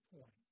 point